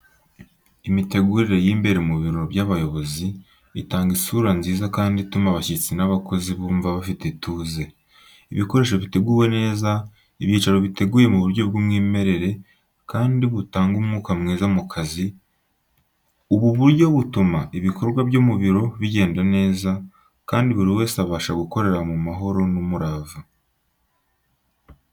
Imitegurire y’imbere mu biro by’abayobozi itanga isura nziza kandi ituma abashyitsi n’abakozi bumva bafite ituze. Ibikoresho biteguwe neza, ibyicaro biteguye mu buryo bw’umwimerere kandi butanga umwuka mwiza mu kazi .Ubu buryo butuma ibikorwa byo mu biro bigenda neza, kandi buri wese abasha gukorera mu mahoro n’umurava.